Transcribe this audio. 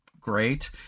great